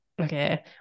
Okay